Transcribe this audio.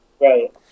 Right